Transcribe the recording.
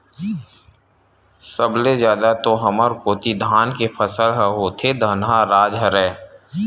सब ले जादा तो हमर कोती धाने के फसल ह होथे धनहा राज हरय